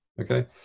Okay